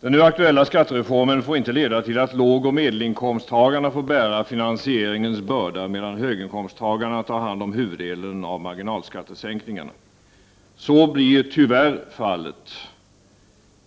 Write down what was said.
Den nu aktuella skattereformen får inte leda till att lågoch medelinkomsttagarna får bära bördan när det gäller finansieringen, medan höginkomsttagarna tar hand om huvuddelen av marginalskattesänkningarna. Så blir tyvärr fallet i